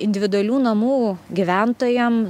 individualių namų gyventojam